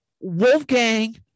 wolfgang